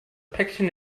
päckchen